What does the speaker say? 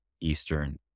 Eastern